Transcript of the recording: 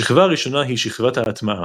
השכבה הראשונה היא שכבת ההטמעה,